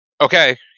okay